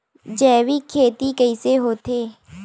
जैविक खेती कइसे होथे?